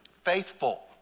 faithful